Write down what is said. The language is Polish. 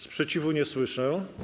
Sprzeciwu nie słyszę.